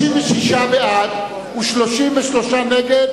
56 בעד ו-33 נגד,